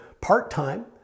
part-time